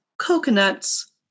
Coconuts